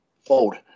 fold